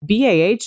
BAH